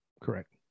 Correct